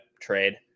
trade